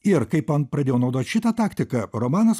ir kaip aš pradėjau naudoti šitą taktiką romanas